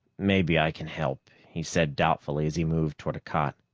maybe i can help, he said doubtfully as he moved toward a cot.